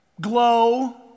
glow